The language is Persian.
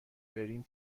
بریم